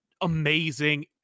amazing